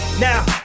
Now